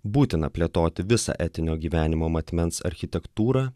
būtina plėtoti visą etinio gyvenimo matmens architektūrą